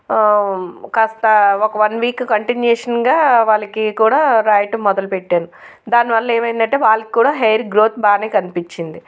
కాస్తా ఒక one week కంటిన్యూషన్గా వాళ్ళకి కూడా రాయటం మొదలు పెట్టాను దాని వల్ల ఏమైంది అంటే వాళ్ళకి కూడా హెయిర్ గ్రోత్ బాగానే కనిపించింది